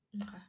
Okay